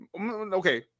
Okay